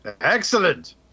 Excellent